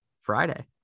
Friday